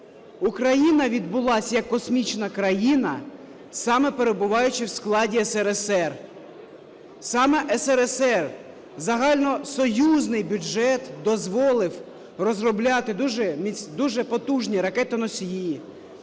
Україна відбулась як космічна країна, саме перебуваючи в складі СРСР. Саме СРСР, загальносоюзний бюджет дозволив розробляти дуже потужні ракетоносії,